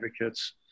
advocates